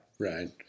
Right